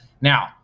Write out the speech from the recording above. Now